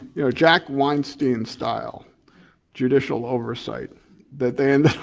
you know jack weinstein style judicial oversight that they